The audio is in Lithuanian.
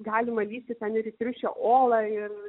galima lįsti ten ir į triušio olą ir